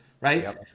right